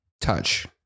touch